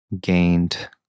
gained